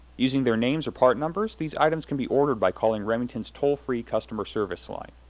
using their names or part numbers, these items can be ordered by calling remington's toll-free customer service line.